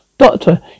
Doctor